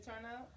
turnout